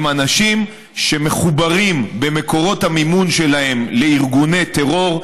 הם אנשים שמחוברים במקורות המימון שלהם לארגוני טרור,